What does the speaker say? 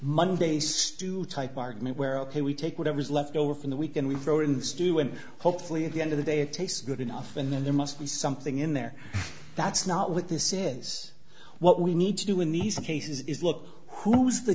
monday stu type argument where ok we take whatever's left over from the week and we throw in the studio and hopefully at the end of the day it tastes good enough and then there must be something in there that's not what this is what we need to do in these cases is look who was the